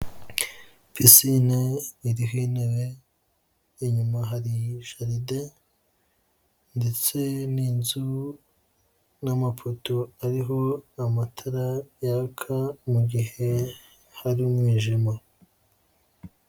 Pisine iriho intebe inyuma hari jaride ndetse n'inzu n'amapoto ariho amatara yaka mu gihe hari umwijima.